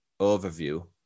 overview